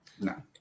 No